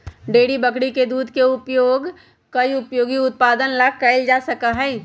dairy बकरी के दूध के उपयोग कई उपयोगी उत्पादन ला कइल जा सका हई